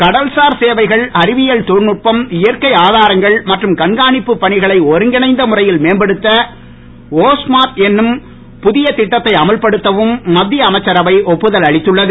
கடல்சார் சேவைகள் அறிவியல் தொழில்நுட்பம் இயற்கை ஆதாரங்கள் மற்றும் கண்காணிப்பு பணிகளை ஒருங்கிணைந்த முறையில் மேம்படுத்த ஒ ல்மார்ட் என்னும் புதிய திட்டத்தை அமுல்படுத்தவும் மத்திய அமைச்சரவை ஒப்புதல் அளித்துள்ளது